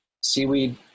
seaweed